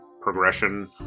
progression